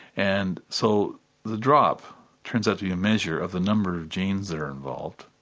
and so the drop turns out to be a measure of the number of genes that are involved,